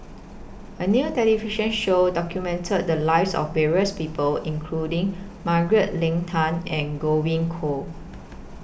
A New television Show documented The Lives of various People including Margaret Leng Tan and Godwin Koay